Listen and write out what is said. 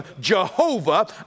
Jehovah